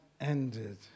ended